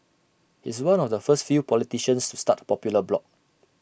he's one of the first few politicians to start A popular blog